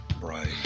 Right